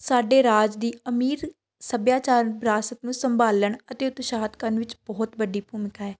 ਸਾਡੇ ਰਾਜ ਦੀ ਅਮੀਰ ਸੱਭਿਆਚਾਰ ਵਿਰਾਸਤ ਨੂੰ ਸੰਭਾਲਣ ਅਤੇ ਉਤਸ਼ਾਹਿਤ ਕਰਨ ਵਿੱਚ ਬਹੁਤ ਵੱਡੀ ਭੂਮਿਕਾ ਹੈ